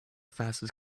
fastest